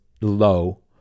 low